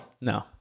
No